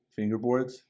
fingerboards